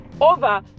over